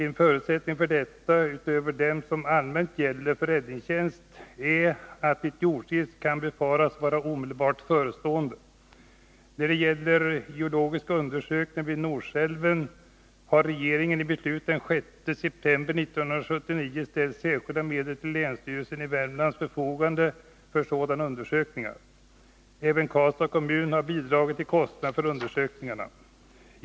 En förutsättning för detta — utöver dem som allmänt gäller för räddningstjänst — är att ett jordskred kan befaras vara omedelbart förestående. När det gäller geotekniska undersökningar vid Norsälven har regeringen i beslut den 6 september 1979 ställt särskilda medel till länsstyrelsens i Värmlands län förfogande för sådana undersökningar. Även Karlstads kommun har bidragit till kostnaderna för undersökningarna.